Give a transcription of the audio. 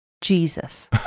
Jesus